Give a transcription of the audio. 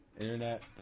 Internet